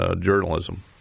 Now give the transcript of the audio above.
journalism